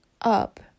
up